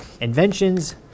Inventions